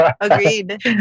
Agreed